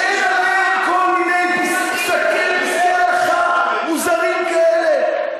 שאין להם כל מיני פסקי הלכה מוזרים כאלה?